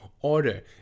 order